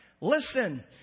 Listen